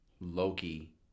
Loki